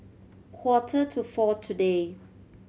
quarter to four today